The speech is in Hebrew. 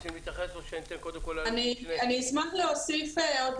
רוצים להתייחס או שניתן קודם כל -- אני אשמח להוסיף עוד